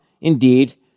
indeed